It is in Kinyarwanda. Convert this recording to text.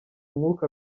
umwuka